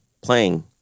Playing